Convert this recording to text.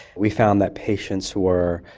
we found that patients who were,